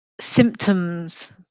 symptoms